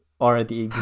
already